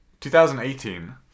2018